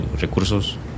recursos